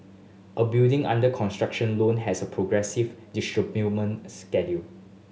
a building under construction loan has a progressive disbursement schedule